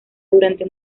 durante